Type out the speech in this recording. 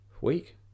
week